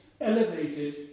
elevated